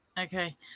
Okay